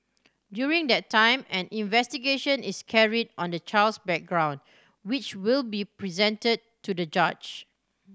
during that time an investigation is carried on the child's background which will be presented to the judge